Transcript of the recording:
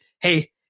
Hey